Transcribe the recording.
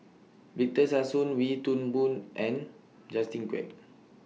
Victor Sassoon Wee Toon Boon and Justin Quek